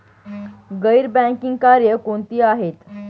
गैर बँकिंग कार्य कोणती आहेत?